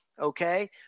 Okay